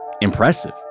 impressive